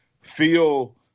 feel